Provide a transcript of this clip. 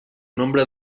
nombre